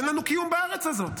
אין לנו קיום בארץ הזאת.